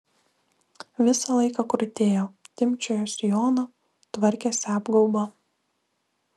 visą laiką krutėjo timpčiojo sijoną tvarkėsi apgaubą